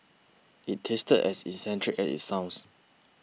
it tasted as eccentric as it sounds